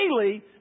daily